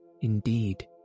indeed